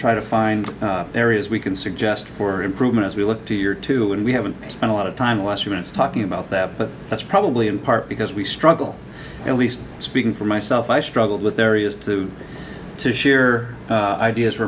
try to find areas we can suggest for improvement as we look to your two and we haven't spent a lot of time washington's talking about that but that's probably in part because we struggle and least speaking for myself i struggle with areas to to share ideas for